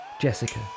Jessica